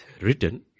written